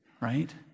Right